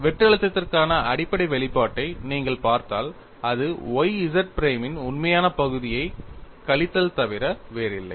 வெட்டு அழுத்தத்திற்கான அடிப்படை வெளிப்பாட்டை நீங்கள் பார்த்தால் அது y Z பிரைமின் உண்மையான பகுதியைக் கழித்தல் தவிர வேறில்லை